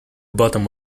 bottom